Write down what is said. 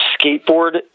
skateboard